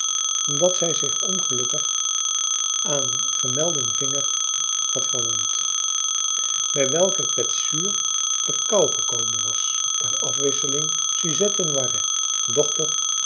omdat zij zich ongelukkig aan gemelden vinger had verwond bij welke kwetsuur de kou gekomen was ter afwisseling suzette noiret dochter